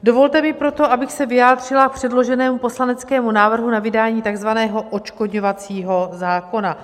Dovolte mi proto, abych se vyjádřila k předloženému poslaneckému návrhu na vydání takzvaného odškodňovacího zákona.